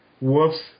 whoops